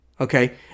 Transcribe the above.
Okay